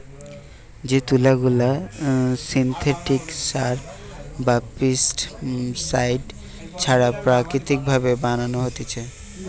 যে তুলা গুলা সিনথেটিক সার বা পেস্টিসাইড ছাড়া প্রাকৃতিক ভাবে বানানো হতিছে